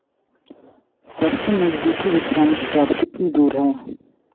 सबसे नज़दीकी विश्राम स्टॉप कितनी दूर है